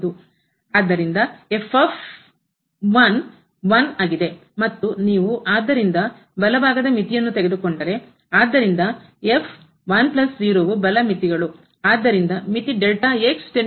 ಆದ್ದರಿಂದ f 1 ಆಗಿದೆ ಮತ್ತು ನೀವು ಆದ್ದರಿಂದ ಬಲಭಾಗದ ಮಿತಿಯನ್ನು ತೆಗೆದುಕೊಂಡರೆ ಆದ್ದರಿಂದ ವು ಬಲ ಮಿತಿಗಳು